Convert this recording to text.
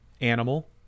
animal